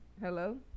Hello